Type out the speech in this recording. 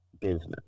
business